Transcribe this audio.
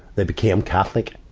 they became catholic.